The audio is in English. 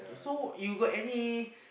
so you got any